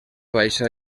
baixa